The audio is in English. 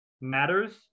matters